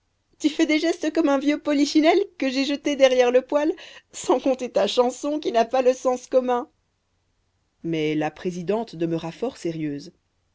tu fais des gestes comme un vieux polichinelle que j'ai jeté derrière le poêle sans compter ta chanson qui n'a pas le sens commun mais la présidente demeura fort sérieuse